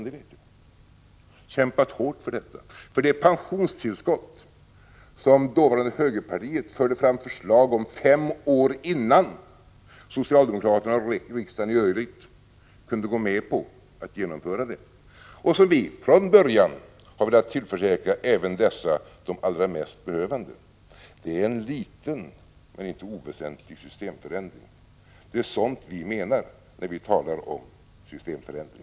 i har kämpat hårt för det pensionstillskott som dåvarande högerpartiet förde fram förslag om fem år innan socialdemokraterna och riksdagen i övrigt = gå med på ett genomförande. Och vi har, från början, velat tillförsäkra iven undantagandepensionärerna, dessa de allra mest behövande, detta nsionstillskott. Det är en liten men inte oväsentlig systemförändring. Det r sådant vi menar när vi talar om systemförändring.